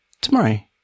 tomorrow